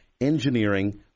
engineering